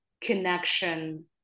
connection